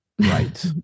Right